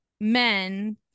men